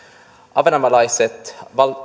ahvenanmaalaiset